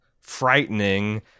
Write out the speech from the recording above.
frightening